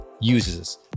uses